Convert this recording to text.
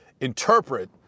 interpret